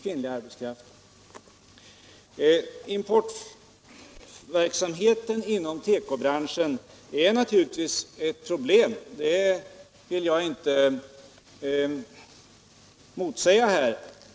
Importverksamheten inom tekobranschen är naturligtvis ett problem. Det vill jag inte motsäga.